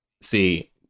see